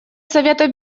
совета